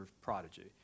prodigy